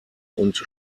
und